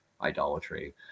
idolatry